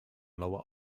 lower